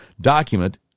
document